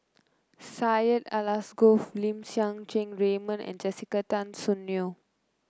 Syed Alsagoff Lim Siang Keat Raymond and Jessica Tan Soon Neo